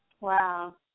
Wow